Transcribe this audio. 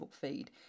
feed